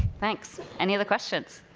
thanks, any other questions?